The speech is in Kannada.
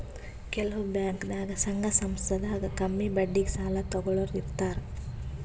ಕೆಲವ್ ಬ್ಯಾಂಕ್ದಾಗ್ ಸಂಘ ಸಂಸ್ಥಾದಾಗ್ ಕಮ್ಮಿ ಬಡ್ಡಿಗ್ ಸಾಲ ತಗೋಳೋರ್ ಇರ್ತಾರ